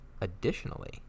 additionally